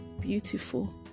Beautiful